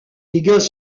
dégâts